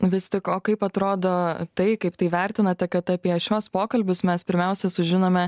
vis tik o kaip atrodo tai kaip tai vertinate kad apie šiuos pokalbius mes pirmiausia sužinome